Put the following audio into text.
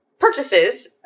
Purchases